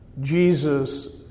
Jesus